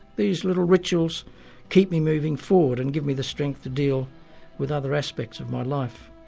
these little rituals keep me moving forward and give me the strength to deal with other aspects of my life.